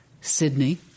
Sydney